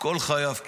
כל חייו כמעט,